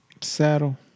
Saddle